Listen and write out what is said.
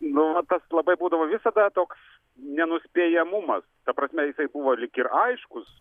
nu va tas labai būdavo visada toks nenuspėjamumas ta prasme jisai buvo lyg ir aiškus